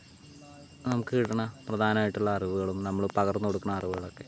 നമുക്ക് കിട്ടണ പ്രധാനമായിട്ടുള്ള അറിവുകളും നമ്മൾ പകർന്ന് കൊടുക്കണ അറിവുകളൊക്കെ